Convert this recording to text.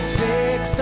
fix